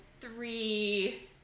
three